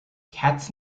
cats